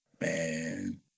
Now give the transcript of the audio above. Man